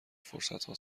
فرصتها